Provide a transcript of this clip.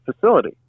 facility